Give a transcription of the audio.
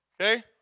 Okay